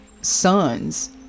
sons